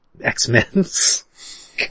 X-Men's